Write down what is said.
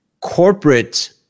corporate